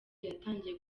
yatangiye